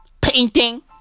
Painting